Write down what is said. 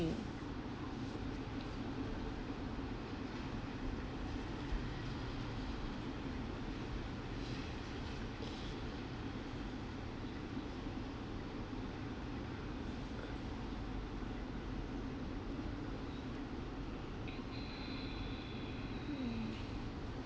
mm